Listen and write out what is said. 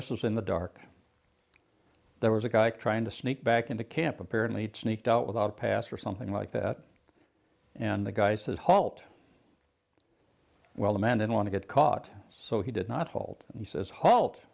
this was in the dark there was a guy trying to sneak back into camp apparently it sneaked out without a pass or something like that and the guy says halt well the man didn't want to get caught so he did not hold and he says halt